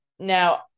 Now